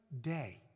day